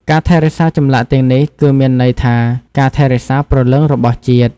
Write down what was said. ការថែរក្សាចម្លាក់ទាំងនេះគឺមានន័យថាការថែរក្សាព្រលឹងរបស់ជាតិ។